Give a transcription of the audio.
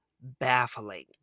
baffling